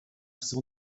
son